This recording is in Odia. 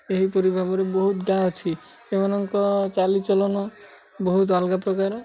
ଏହିପରି ଭାବରେ ବହୁତ ଗାଁ ଅଛି ଏମାନଙ୍କ ଚାଲିଚଳନ ବହୁତ ଅଲଗା ପ୍ରକାର